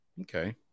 Okay